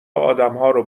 آدمهارو